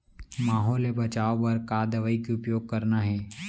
माहो ले बचाओ बर का दवई के उपयोग करना हे?